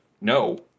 no